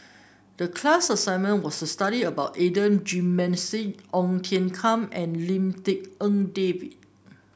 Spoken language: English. the class assignment was to study about Adan Jimenez Ong Tiong Khiam and Lim Tik En David